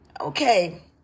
Okay